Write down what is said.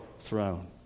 throne